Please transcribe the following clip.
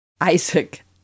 Isaac